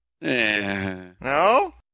No